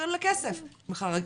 לכסף בכלל.